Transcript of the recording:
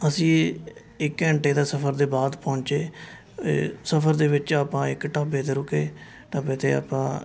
ਅਸੀਂ ਇੱਕ ਘੰਟੇ ਦਾ ਸਫ਼ਰ ਦੇ ਬਾਅਦ ਪਹੁੰਚੇ ਇਹ ਸਫ਼ਰ ਦੇ ਵਿੱਚ ਆਪਾਂ ਇੱਕ ਢਾਬੇ 'ਤੇ ਰੁਕੇ ਢਾਬੇ 'ਤੇ ਆਪਾਂ